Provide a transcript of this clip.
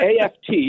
AFT